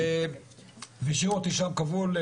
והשאיר אותי שם כבול.